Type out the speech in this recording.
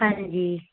ਹਾਂਜੀ